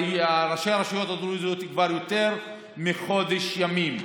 וראשי הרשויות הדרוזיות כבר יותר מחודש ימים.